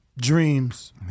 dreams